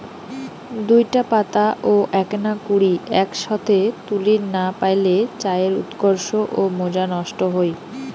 দুইটা পাতা ও এ্যাকনা কুড়ি এ্যাকসথে তুলির না পাইলে চায়ের উৎকর্ষ ও মজা নষ্ট হই